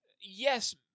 yes